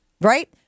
Right